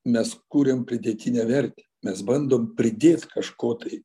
mes kuriam pridėtinę vertę mes bandom pridėt kažko tai